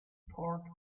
port